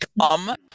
come